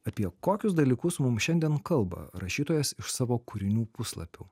apie kokius dalykus mums šiandien kalba rašytojas iš savo kūrinių puslapių